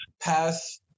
pass